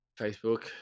Facebook